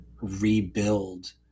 rebuild